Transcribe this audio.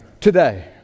today